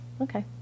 okay